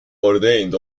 ordained